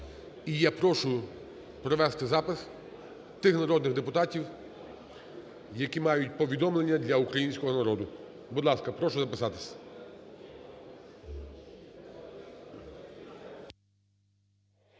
І я прошу провести запис тих народних депутатів, які мають повідомлення для українського народу. Будь ласка, прошу записатись.